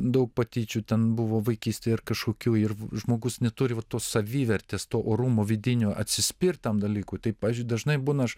daug patyčių ten buvo vaikystėj ar kažkokių ir žmogus neturi va tos savivertės to orumo vidinio atsispirt tam dalykui tai pavyzdžiui dažnai būna aš